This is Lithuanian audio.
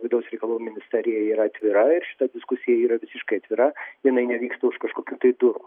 vidaus reikalų ministerija yra atvira ir šita diskusija yra visiškai atvira jinai nevyksta už kažkokių durų